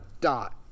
dot